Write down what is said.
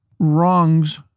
Wrongs